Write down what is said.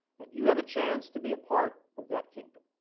and you have a chance to be a part of that kingdom.